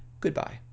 Goodbye